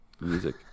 Music